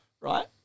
Right